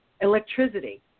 electricity